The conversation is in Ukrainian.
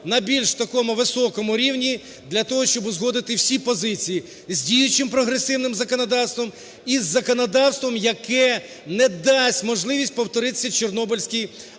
на більш такому високому рівні для того, щоб узгодити всі позиції з діючим прогресивним законодавством і із законодавством, яке не дасть можливість повторитися Чорнобильській атомній